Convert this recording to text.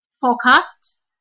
forecast